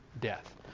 death